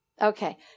Okay